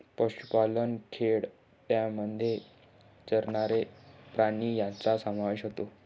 पशुपालन खेडूतवादामध्ये चरणारे प्राणी यांचा समावेश होतो